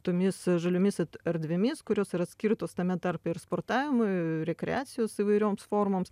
tomis žaliomis erdvėmis kurios yra skirtos tame tarpe ir sportavimui rekreacijos įvairioms formoms